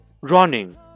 running